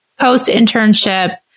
post-internship